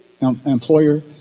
employer